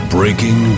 Breaking